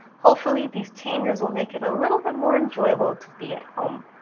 hopefully these changes will make it a little bit more enjoyable to be at home.